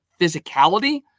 physicality